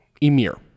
emir